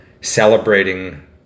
celebrating